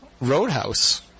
Roadhouse